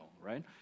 right